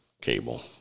cable